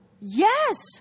Yes